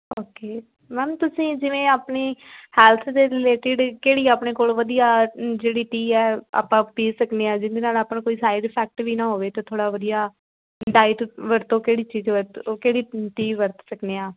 okay ma'am ਤੁਸੀਂ ਜਿਵੇਂ ਆਪਣੀ ਹੈਲਥ ਦੇ ਰਿਲੇਟਡ ਕਿਹੜੀ ਆਪਣੇ ਕੋਲ ਵਧੀਆ ਜਿਹੜੀ ਟੀ ਹੈ ਆਪਾਂ ਪੀ ਸਕਦੇ ਹਾਂ ਜਿਹਦੇ ਨਾਲ ਆਪਾਂ ਨੂੰ ਕੋਈ ਸਾਈਡ ਇਫੈਕਟ ਵੀ ਨਾ ਹੋਵੇ ਅਤੇ ਥੋੜ੍ਹਾ ਵਧੀਆ ਡਾਈਟ ਵਰਤੋਂ ਕਿਹੜੀ ਚੀਜ ਵਰਤੋਂ ਕਿਹੜੀ ਟੀ ਵਰਤ ਸਕਦੇ ਹਾਂ